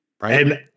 right